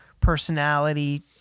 personality